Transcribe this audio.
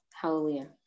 Hallelujah